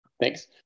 Thanks